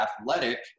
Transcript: athletic